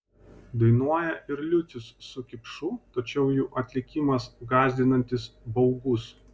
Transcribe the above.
dainuoja ir liucius su kipšu tačiau jų atlikimas gąsdinantis baugus